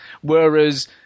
Whereas